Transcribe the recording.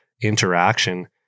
interaction